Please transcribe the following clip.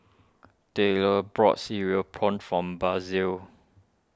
Tylor brought Cereal Prawns form Basil